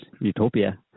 utopia